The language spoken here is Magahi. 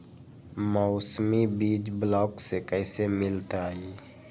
मौसमी बीज ब्लॉक से कैसे मिलताई?